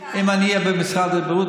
אם אני אהיה במשרד הבריאות,